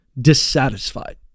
dissatisfied